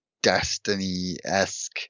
destiny-esque